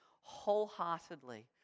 wholeheartedly